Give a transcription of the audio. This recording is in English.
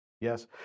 Yes